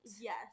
yes